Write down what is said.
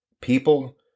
People